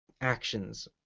actions